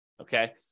okay